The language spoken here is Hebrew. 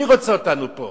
מי רוצה אותנו פה?